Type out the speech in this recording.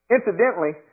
Incidentally